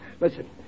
Listen